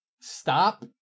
stop